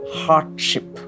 hardship